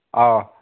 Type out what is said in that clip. ꯑꯧ